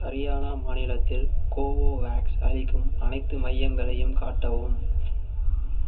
ஹரியானா மாநிலத்தில் கோவோவேக்ஸ் அளிக்கும் அனைத்து மையங்களையும் காட்டவும்